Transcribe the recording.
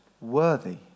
worthy